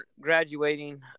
graduating